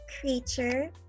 creature